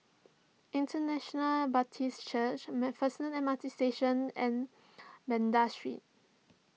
International Baptist Church MacPherson M R T Station and Banda Street